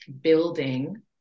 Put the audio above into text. building